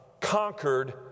conquered